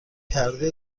کرده